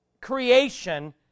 creation